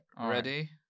ready